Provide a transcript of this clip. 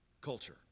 culture